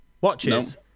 Watches